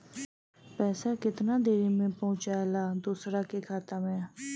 पैसा कितना देरी मे पहुंचयला दोसरा के खाता मे?